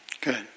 Good